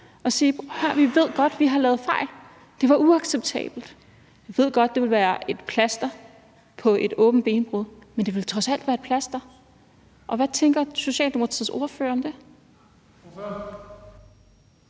og sige: Hør, vi ved godt, vi har lavet fejl; det var uacceptabelt. Vi ved godt, det vil være et plaster på et åbent benbrud, men det vil trods alt være et plaster. Hvad tænker Socialdemokratiets ordfører om det?